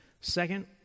Second